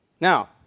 Now